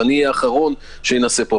ואני האחרון שאנסה פה,